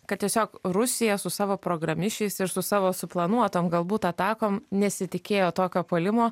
kad tiesiog rusija su savo programišiais ir su savo suplanuotom galbūt atakom nesitikėjo tokio puolimo